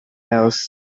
else